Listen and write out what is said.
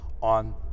on